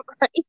Right